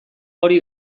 hori